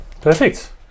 Perfect